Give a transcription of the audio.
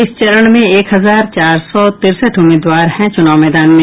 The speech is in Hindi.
इस चरण में एक हजार चार सौ तिरसठ उम्मीदवार हैं चुनाव मैदान में